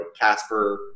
Casper